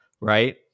right